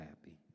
happy